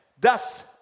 Thus